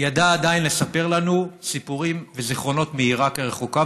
היא ידעה עדיין לספר לנו סיפורים וזיכרונות מעיראק הרחוקה,